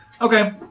Okay